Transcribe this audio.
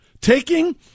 taking